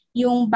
yung